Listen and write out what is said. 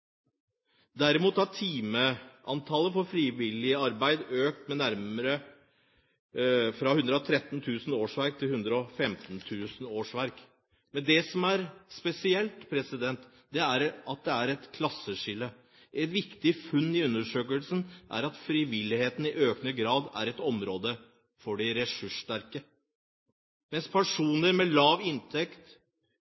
Derimot har timeantallet på frivillig arbeid økt fra 113 000 årsverk til 115 000 årsverk. Men det som er spesielt, er at det er et klasseskille her. Et viktig funn i undersøkelsen er at frivilligheten i økende grad er et område for de